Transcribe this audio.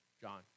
John